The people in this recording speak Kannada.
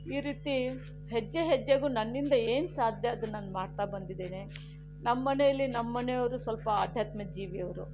ಈ ರೀತಿ ಹೆಜ್ಜೆ ಹೆಜ್ಜೆಗೂ ನನ್ನಿಂದ ಏನು ಸಾಧ್ಯ ಅದನ್ನು ನಾನು ಮಾಡ್ತಾ ಬಂದಿದ್ದೇನೆ ನಮ್ಮನೆಯಲ್ಲಿ ನಮ್ಮನೆಯವರು ಸ್ವಲ್ಪ ಆಧ್ಯಾತ್ಮಜೀವಿ ಅವರು